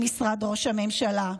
למשרד ראש הממשלה.